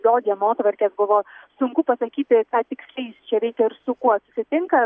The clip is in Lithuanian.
jo dienotvarkės buvo sunku pasakyti ką tiksliai jis čia veikia ir su kuo susitinka